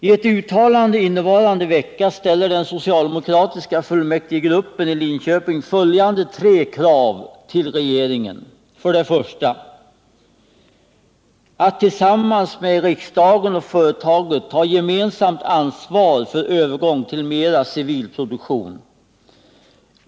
I ett uttalande innevarande vecka ställer den socialdemokratiska fullmäktigegruppen i Linköping följande tre krav till regeringen: 1. Att tillsammans med riksdagen och företaget ta gemensamt ansvar för övergång till mera civil produktion.